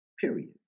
period